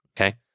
okay